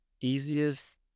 easiest